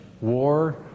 war